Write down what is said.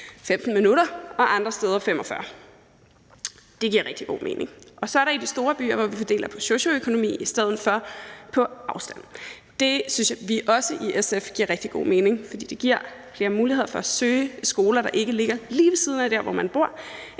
15 minutter og andre steder 45 minutter. Det giver rigtig god mening at gøre det. Så er der de store byer, hvor vi fordeler på baggrund af socioøkonomi i stedet for på baggrund af afstand. Det synes vi i SF også giver rigtig god mening, fordi det giver flere muligheder for at søge skoler, der ikke ligger lige ved siden af der, hvor man bor.